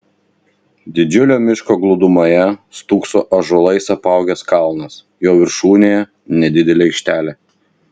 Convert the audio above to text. didžiulio miško glūdumoje stūkso ąžuolais apaugęs kalnas jo viršūnėje nedidelė aikštelė